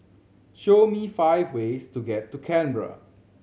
show me five ways to get to Canberra